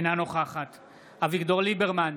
אינה נוכחת אביגדור ליברמן,